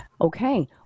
Okay